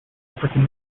african